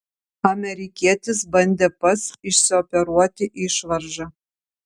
amerikietis bandė pats išsioperuoti išvaržą